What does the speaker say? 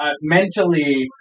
mentally